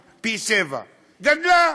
גדלה.